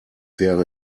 wäre